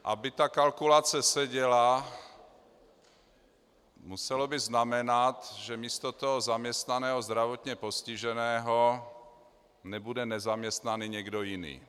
Aby tato kalkulace seděla, muselo by to znamenat, že místo zaměstnaného zdravotně postiženého nebude nezaměstnaný někdo jiný.